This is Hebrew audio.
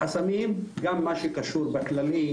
החסמים, גם מה שקשור בכללים,